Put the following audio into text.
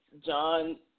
John